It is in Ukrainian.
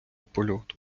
польоту